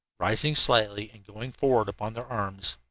rising slightly and going forward upon their arms.